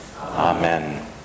Amen